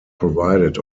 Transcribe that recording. provided